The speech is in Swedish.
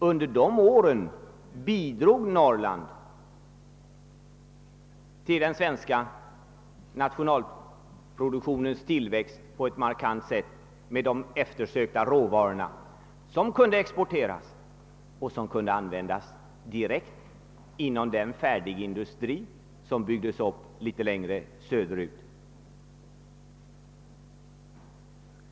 Under de åren bidrog Norrland med de eftersökta råvarorna på ett ganska markant sätt till den svenska nationalproduktens tillväxt. Dessa råvaror kunde exporteras eller användas direkt inom den färdigindustri som byggts upp litet längre söderut.